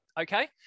okay